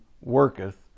worketh